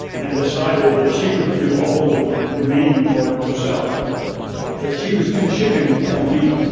and decided that she would do all of the remaining work herself but she was too chicken to tell me,